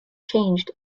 changed